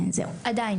עדיין.